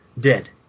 Dead